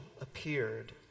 appeared